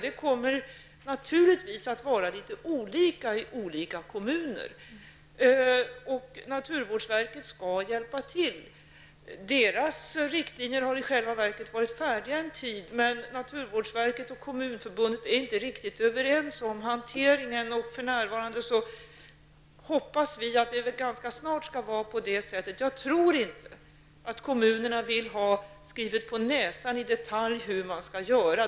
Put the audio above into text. Det kommer naturligtvis att vara litet olika i olika kommuner. Naturvårdsverket skall hjälpa till. Deras riktlinjer har i själva verket varit färdiga en tid, men naturvårdsverket och Kommunförbundet är inte riktigt överens om hanteringen. Vi hoppas att det ganska snart skall bli klart. Jag tror inte att kommunerna i detalj vill ha skrivet på näsan vad de skall göra.